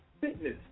fitness